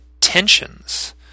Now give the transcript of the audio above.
tensions